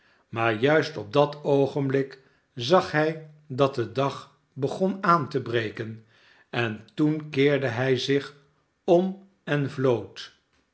maar juist op dt oogenblik zag hij dat de dag begon aan te breken entoenkeerde hij zich om en vlood